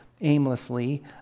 aimlessly